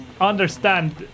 understand